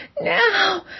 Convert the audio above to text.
Now